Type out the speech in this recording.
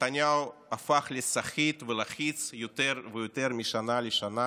נתניהו הפך לסחיט ולחיץ יותר ויותר משנה לשנה